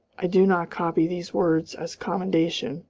i do not copy these words as commendation,